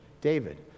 David